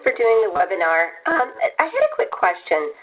webinar. i had a quick question